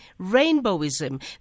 rainbowism